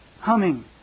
humming